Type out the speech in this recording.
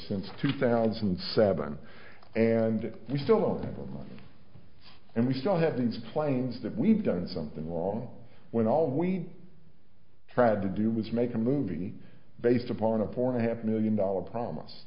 since two thousand and seven and we still own them and we still have these planes that we've done something wrong when all we tried to do was make a movie based upon a four a half million dollar promise